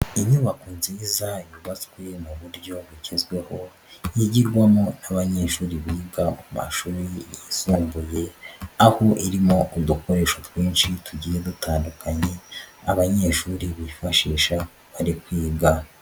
Inyubako nziza yubatswe mu buryo bugezweho, yigirwamo n'abanyeshuri biga mu mashuri yisumbuye, aho irimo udukoresho twinshi tugiye dutandukanye, abanyeshuri bifashisha bari kwiga.